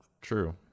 true